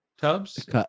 tubs